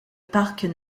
parc